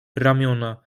ramiona